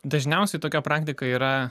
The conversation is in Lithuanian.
dažniausiai tokia praktika yra